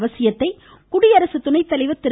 அவசியத்தை குடியரசுத் துணைத்தலைவர் திரு